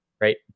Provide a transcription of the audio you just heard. right